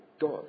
God